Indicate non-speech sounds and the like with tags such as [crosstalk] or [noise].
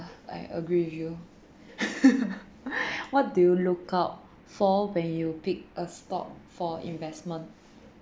I agree with you [laughs] what do you look out for when you pick a stock for investment